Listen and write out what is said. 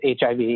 HIV